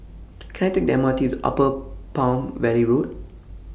Can I Take The M R T to Upper Palm Valley Road